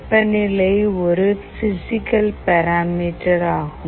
வெப்பநிலை ஒரு physical parameter ஆகும்